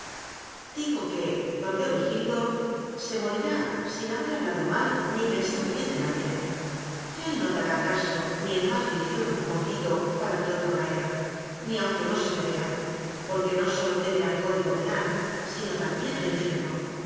digo que don leovigildo se morirá sin haber hablado mal ni pensado bien de nadie el no dará acaso ni el más lijero empujóncito para que otro caiga ni aunque no se lo vean porque no sólo teme al código penal sino también al infierno